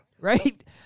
Right